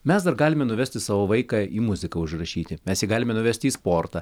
mes dar galime nuvesti savo vaiką į muziką užrašyti mes jį galime nuvesti į sportą